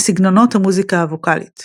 סגנונות המוזיקה הווקאלית